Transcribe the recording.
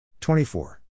24